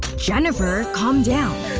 jennifer. calm down.